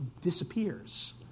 disappears